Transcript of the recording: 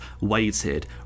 waited